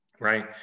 right